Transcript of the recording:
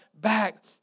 back